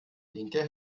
linke